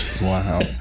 Wow